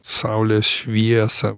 saulės šviesą